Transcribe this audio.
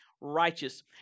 righteous